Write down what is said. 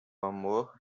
amor